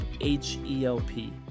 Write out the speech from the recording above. H-E-L-P